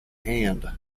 hand